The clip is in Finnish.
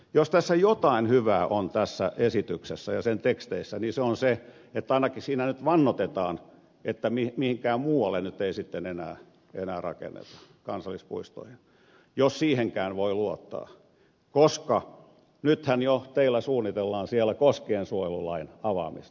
jos tässä esityksessä ja sen teksteissä on jotain hyvää niin se on se että ainakin siinä vannotetaan että mihinkään muualle nyt ei sitten enää rakenneta kansallispuistoihin jos siihenkään voi luottaa koska nythän jo teillä suunnitellaan siellä koskiensuojelulain avaamista